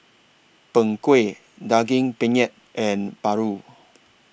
Png Kueh Daging Penyet and Paru